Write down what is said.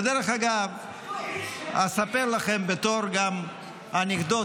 ודרך אגב, אספר לכם בתור גם אנקדוטה,